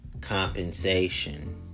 compensation